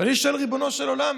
ואני שואל: ריבונו של עולם,